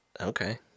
Okay